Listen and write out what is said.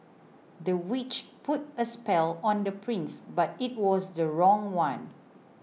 the witch put a spell on the prince but it was the wrong one